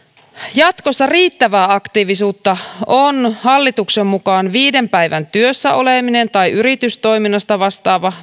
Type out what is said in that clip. jatkossa riittävää aktiivisuutta on hallituksen mukaan viiden päivän työssä oleminen tai yritystoiminnasta vastaava